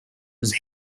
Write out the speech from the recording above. was